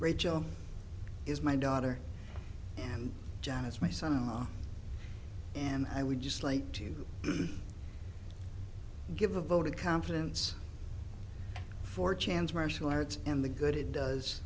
rachel is my daughter and john is my son in law and i would just like to give a vote of confidence for chan's martial arts and the good it does